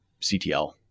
CTL